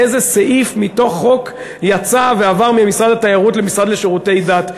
איזה סעיף מתוך חוק יצא ועבר ממשרד התיירות למשרד לשירותי דת,